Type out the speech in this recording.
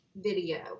video